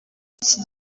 iki